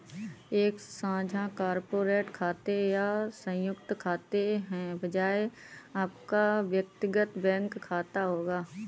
एक साझा कॉर्पोरेट खाते या संयुक्त खाते के बजाय आपका व्यक्तिगत बैंकिंग खाता होगा